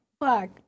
black